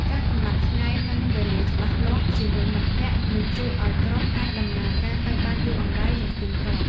ការកំណត់ថ្ងៃ និងវេលាច្បាស់លាស់ជាមួយមិត្តភក្តិនឹងជួយឱ្យក្រុមអាចដំណើរការទៅបានយូរអង្វែង និងទៀងទាត់។